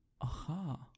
Aha